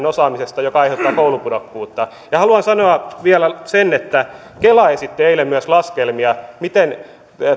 osaamisesta mikä aiheuttaa koulupudokkuutta haluan sanoa vielä sen että kela esitti eilen myös laskelmia miten